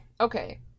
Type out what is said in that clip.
Okay